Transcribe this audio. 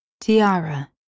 Tiara